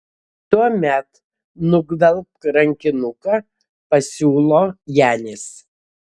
tuomet nugvelbk rankinuką pasiūlo janis